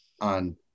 on